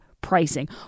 pricing